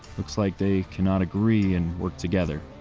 it's like they cannot agree and work together.